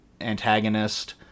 antagonist